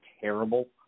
terrible